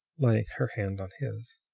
laying her hand on his.